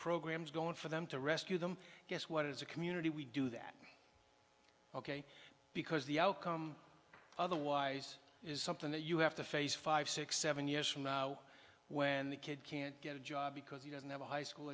programs going for them to rescue them guess what is a community we do that ok because the outcome otherwise is something that you have to face five six seven years from now when the kid can't get a job because he doesn't have a high school